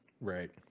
right